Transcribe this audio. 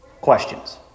questions